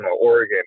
Oregon